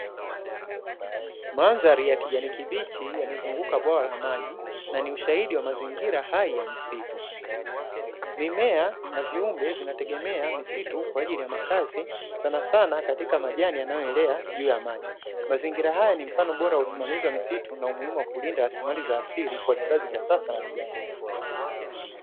Mandhari ya kijani kibichi yamezunguka bwawa la maji na ni ushahidi wa mazingira hai ya misitu, mimea na viumbe vinategemea misitu kwaajili ya makazi sanasana katika majani yanayoelea juu ya maji, mazingira haya ni mfano bora wa usimamizi wa misitu na umuhimu wa kulinda rasilimali za asili kwa vizazi vya sasa na vijavyo.